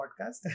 podcast